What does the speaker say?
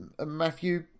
Matthew